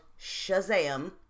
Shazam